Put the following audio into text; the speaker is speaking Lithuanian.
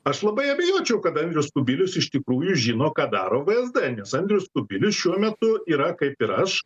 aš labai abejočiau kad andrius kubilius iš tikrųjų žino ką daro vsd nes andrius kubilius šiuo metu yra kaip ir aš